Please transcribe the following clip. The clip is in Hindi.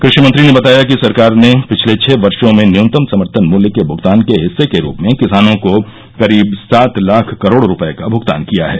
कृषि मंत्री ने बताया कि सरकार ने पिछले छह वर्षो में न्यूनतम समर्थन मूल्य के भुगतान के हिस्से के रूप में किसानों को करीब सात लाख करोड रूपये का भुगतान किया है